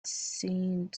seemed